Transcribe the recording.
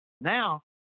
Now